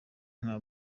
nka